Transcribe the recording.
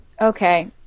Okay